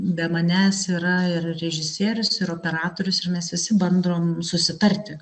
be manęs yra ir režisierius ir operatorius ir mes visi bandom susitarti